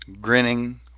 grinning